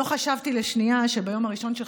לא חשבתי לשנייה שביום הראשון שלך,